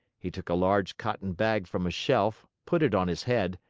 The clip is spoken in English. he took a large cotton bag from a shelf, put it on his head,